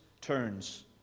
turns